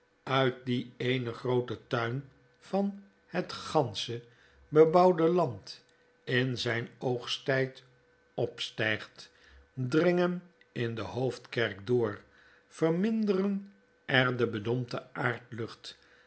uit dien eenen grooten tuin van het gansche bebouwde land in zyn oogsttijd opstygt dringen in de hoofdkerk door verminderen er de bedompte